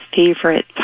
Favorite